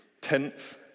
tents